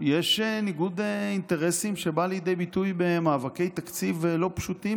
יש ניגוד אינטרסים שבא לידי ביטוי במאבקי תקציב לא פשוטים.